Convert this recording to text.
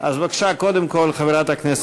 אושרה ותועבר לדיון